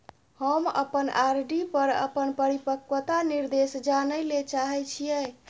हम अपन आर.डी पर अपन परिपक्वता निर्देश जानय ले चाहय छियै